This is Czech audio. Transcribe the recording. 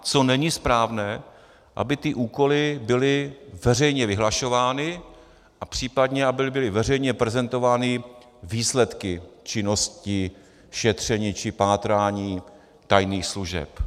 Co není správné, aby ty úkoly byly veřejně vyhlašovány a případně aby byly veřejně prezentovány výsledky činnosti, šetření či pátrání tajných služeb.